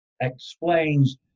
explains